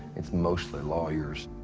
it's mostly lawyers.